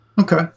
Okay